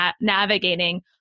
navigating